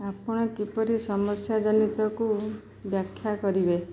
ଆପଣ କିପରି ସମସ୍ୟାଜନିତକୁ ବ୍ୟାଖ୍ୟା କରିବେ